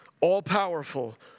All-powerful